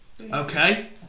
Okay